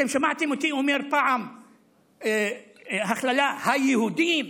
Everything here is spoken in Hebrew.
אתם שמעתם אותי אומר פעם הכללה: היהודים,